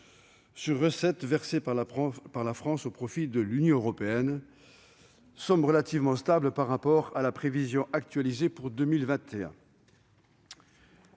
sur recettes versé par la France au profit de l'Union européenne- somme relativement stable par rapport à la prévision actualisée pour 2021.